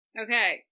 Okay